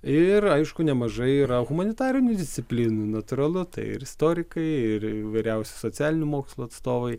ir aišku nemažai yra humanitarinių disciplinų natūralu tai ir istorikai ir įvairiausių socialinių mokslų atstovai